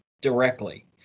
directly